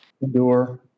Endure